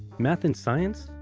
math and science?